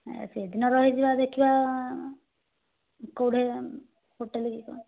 ଏ ସେଦିନ ରହିଯିବା ଦେଖିବା କୋଉଠି ହୋଟେଲ୍ କି କ'ଣ